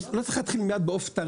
לא צריך להתחיל מיד בעוף טרי.